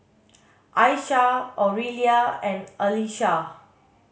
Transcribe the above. Aisha Aurelia and Allyssa